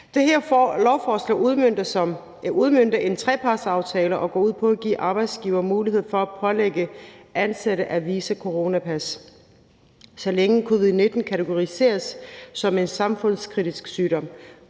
udmønter en trepartsaftale og går ud på at give arbejdsgivere mulighed for at pålægge ansatte at vise coronapas, så længe covid-19 kategoriseres som en samfundskritisk sygdom.